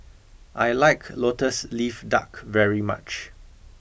I like Lotus Leaf Duck very much